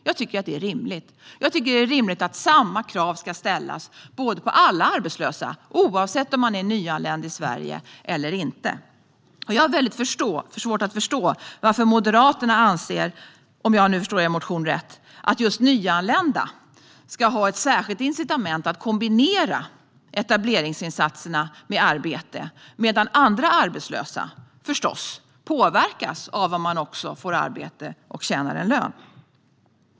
Jag tycker att detta är rimligt. Jag tycker att det är rimligt att samma krav ska ställas på alla arbetslösa, oavsett om man är nyanländ i Sverige eller inte. Jag har väldigt svårt att förstå varför Moderaterna anser - om jag nu förstår Moderaternas motion rätt - att just nyanlända ska ha ett särskilt incitament att kombinera etableringsinsatserna med arbete, medan andra arbetslösa, förstås, påverkas av huruvida man får arbete och får en lön.